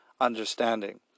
understanding